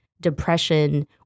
depression